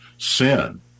Sin